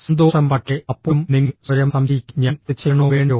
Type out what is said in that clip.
സന്തോഷം പക്ഷേ അപ്പോഴും നിങ്ങൾ സ്വയം സംശയിക്കുംഃ ഞാൻ അത് ചെയ്യണോ വേണ്ടയോ